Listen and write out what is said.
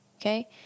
Okay